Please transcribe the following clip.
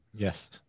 Yes